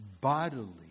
bodily